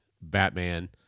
Batman